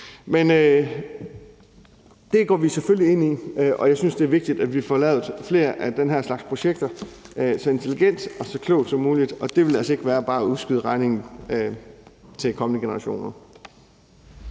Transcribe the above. Det går vi selvfølgelig ind i. Jeg synes, det er vigtigt, at vi får lavet flere af den her slags projekter så intelligent og så klogt som muligt, og det vil altså ikke ske ved bare at udskyde regningen til kommende generationer.